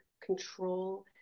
control